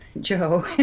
Joe